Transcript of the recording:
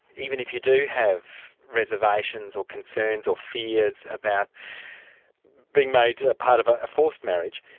even if you do have reservations or concerns or fears about being made part of a forced marriage,